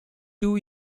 two